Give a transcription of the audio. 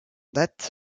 date